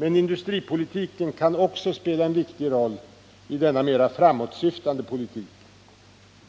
Men industripolitiken kan också spela en viktig roll i denna mer framåtsyftnde politik.